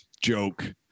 joke